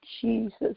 Jesus